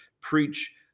preach